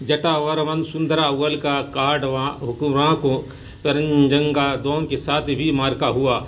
جٹا ورمن سندرا اول کا کاڈوا حکمران کو پرنجنگا دوم کے ساتھ بھی معرکہ ہوا